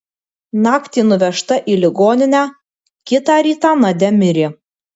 naktį nuvežta į ligoninę kitą rytą nadia mirė